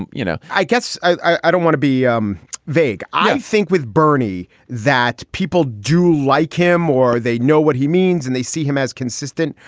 you know, i guess i don't want to be um vague. i think with bernie that people do like him or they know what he means and they see him as consistent.